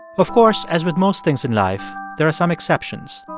of course as with most things in life, there are some exceptions,